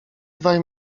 dwaj